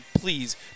please